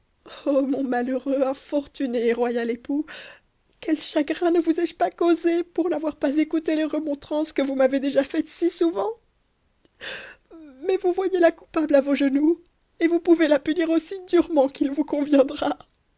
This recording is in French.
o mon malheureux infortuné et royal époux quel chagrin ne vous ai-je pas causé pour n'avoir pas écouté les remontrances que vous m'avez déjà faites si souvent mais vous voyez la coupable à vos genoux et vous pouvez la punir aussi durement qu'il vous conviendra